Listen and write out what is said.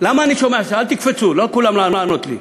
למה אני שומע, אל תקפצו, לא כולם לענות לי.